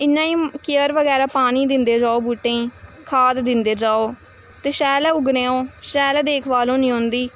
इन्ना गै केयर बगैरा पानी दिंदे जाओ बहूटें गी खाद्द दिंदे जाओ ते शैल गै उग्गने ओह् शैल गै देख भाल होनी उं'दी